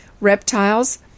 reptiles